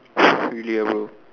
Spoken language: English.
really ah bro